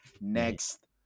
next